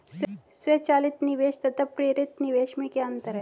स्वचालित निवेश तथा प्रेरित निवेश में क्या अंतर है?